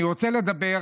אני רוצה לדבר.